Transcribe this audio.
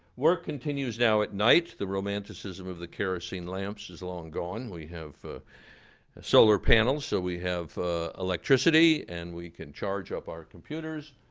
work continues now at night. the romanticism of the kerosene lamps is long gone. we have solar panels. so we have electricity. and we can charge up our computers.